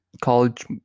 College